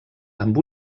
amb